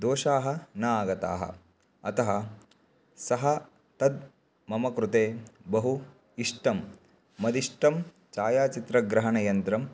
दोषाः न आगताः अतः सः तद् मम कृते बहु इष्टं मदिष्टं छायाचित्रग्रहणयन्त्रम्